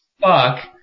fuck